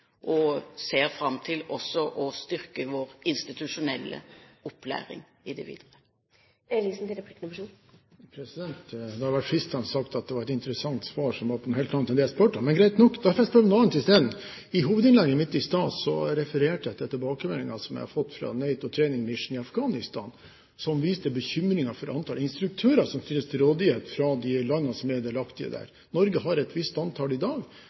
og vi ser også fram til å styrke vår institusjonelle opplæring i det videre. Det er fristende å si at det var et interessant svar på noe helt annet enn det jeg spurte om, men greit nok. Da får jeg spørre om noe annet i stedet. I hovedinnlegget mitt i sted refererte jeg til tilbakemeldinger som jeg har fått fra NATO Training Mission i Afghanistan, der man viste bekymring for antallet instruktører som stilles til rådighet fra de landene som er delaktige der. Norge har et visst antall i dag,